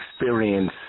experience